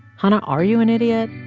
hanna, are you an idiot?